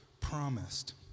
promised